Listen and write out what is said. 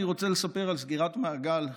אני רוצה לספר על סגירת מעגל,